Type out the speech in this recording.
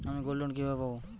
আমি গোল্ডলোন কিভাবে পাব?